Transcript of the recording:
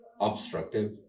obstructive